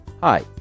Hi